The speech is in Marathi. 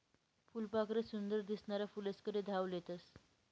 फुलपाखरे सुंदर दिसनारा फुलेस्कडे धाव लेतस